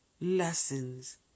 lessons